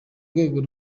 rwego